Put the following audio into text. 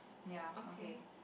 ya okay